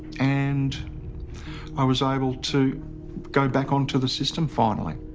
and i was able to go back onto the system finally.